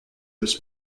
this